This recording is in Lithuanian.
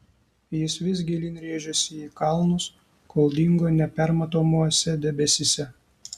jis vis gilyn rėžėsi į kalnus kol dingo nepermatomuose debesyse